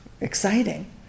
Exciting